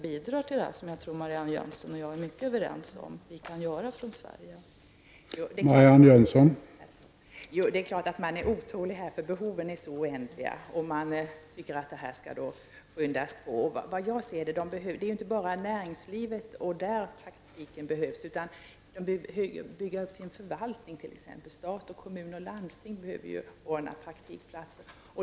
Jag tror alltså att Marianne Jönsson och jag är helt överens om att detta är något som vi kan göra från Sveriges sida för att hjälpa Baltikum.